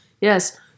Yes